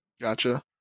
Gotcha